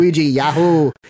Yahoo